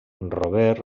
robert